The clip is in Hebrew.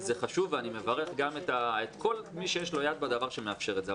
זה חשוב ואני מברך את כל מי שיש לו יד בדבר שמאפשר את זה,